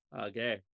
Okay